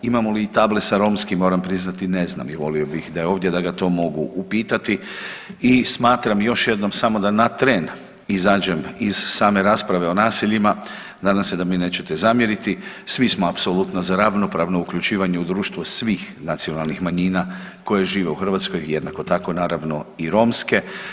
Imamo li i table sa romskim, moram priznati ne znam i volio bih da je ovdje da ga to mogu upitati i smatram još jednom, samo da na tren izađem iz same rasprave o naseljima, nadam se da mi nećete zamjeriti, svi smo apsolutno za ravnopravno uključivanje u društvo svih nacionalnih manjina koje žive u Hrvatskoj, jednako tako, naravno i romske.